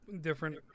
different